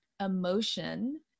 emotion